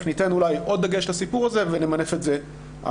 ניתן אולי עוד דגש לסיפור הזה ונמנף אותו הלאה.